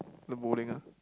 learn bowling ah